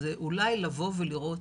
זה אולי לבוא ולראות